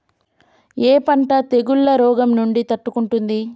ఏ పంట తెగుళ్ల రోగం నుంచి తట్టుకుంటుంది?